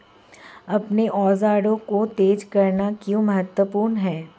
अपने औजारों को तेज करना क्यों महत्वपूर्ण है?